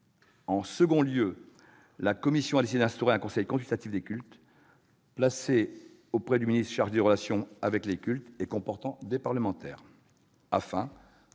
En deuxième lieu, la commission a décidé d'instaurer un conseil consultatif des cultes, placé auprès du ministre chargé des relations avec les cultes et comprenant des parlementaires, afin